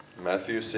Matthew